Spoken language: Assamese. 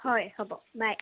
হয় হ'ব বাই